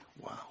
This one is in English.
wow